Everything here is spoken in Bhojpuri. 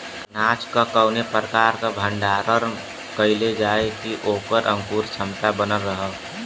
अनाज क कवने प्रकार भण्डारण कइल जाय कि वोकर अंकुरण क्षमता बनल रहे?